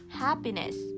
happiness